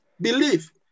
Believe